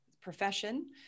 profession